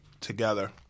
together